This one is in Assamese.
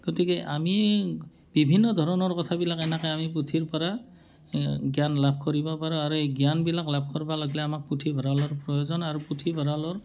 গতিকে আমি বিভিন্ন ধৰণৰ কথাবিলাক এনেকৈ আমি পুথিৰ পৰা জ্ঞান লাভ কৰিব পাৰোঁ আৰু এই জ্ঞানবিলাক লাভ কৰিব লাগিলে আমাক পুথিভঁৰালৰ প্ৰয়োজন আৰু পুথিভঁৰালৰ